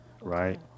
Right